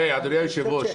אדוני היושב-ראש,